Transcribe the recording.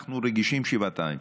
אנחנו רגישים שבעתיים,